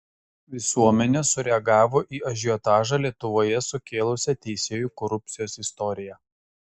visuomenė sureagavo į ažiotažą lietuvoje sukėlusią teisėjų korupcijos istoriją